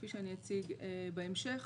כפי שאציג בהמשך,